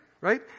right